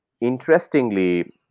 interestingly